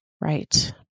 Right